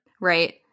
Right